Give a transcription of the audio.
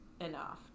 enough